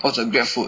或者 GrabFood